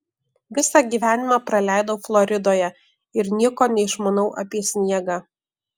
visą gyvenimą praleidau floridoje ir nieko neišmanau apie sniegą